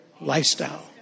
lifestyle